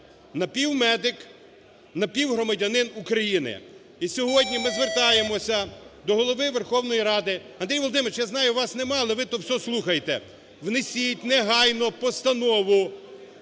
напівмедик, напівгромадянин України. І сьогодні ми звертаємося до Голови Верховної Ради, Андрій Володимирович, я знаю, вас немає, але ви то все слухаєте. Внесіть негайно постанову